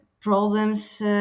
problems